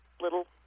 little